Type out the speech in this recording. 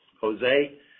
Jose